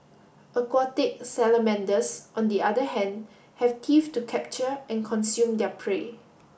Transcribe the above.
aquatic salamanders on the other hand have teeth to capture and consume their prey